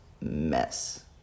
Mess